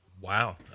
Wow